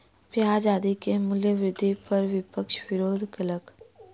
प्याज आदि के मूल्य वृद्धि पर विपक्ष विरोध कयलक